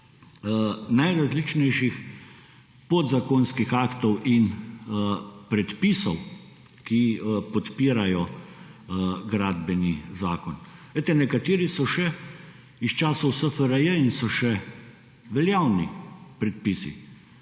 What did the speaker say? najrazličnejših podzakonskih aktov in predpisov, ki podpirajo Gradbeni zakon. Glejte, nekateri so še iz časov SFRJ in so še veljavni predpisi.